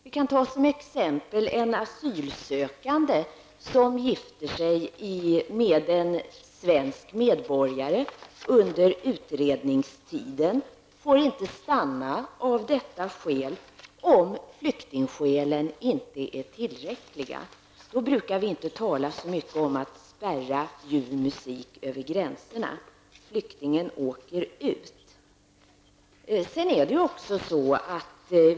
Jag kan som exempel ta en asylsökande som gifter sig med en svensk medborgare under utredningstiden. Den personen får inte stanna av detta skäl, om flyktingskälen inte är tillräckliga. Då talar vi inte så mycket om att sätta upp spärrar när ljuv musik uppstått mellan människor över gränserna. Flyktingen åker ut.